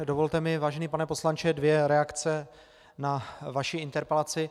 Dovolte mi, vážený pane poslanče, dvě reakce na vaši interpelaci.